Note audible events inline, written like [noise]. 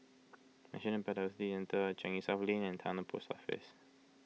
National Biodiversity Centre Changi [unintelligible] Lane and Towner Post Office